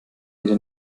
jede